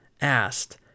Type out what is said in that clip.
asked